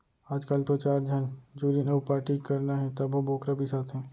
आजकाल तो चार झन जुरिन अउ पारटी करना हे तभो बोकरा बिसाथें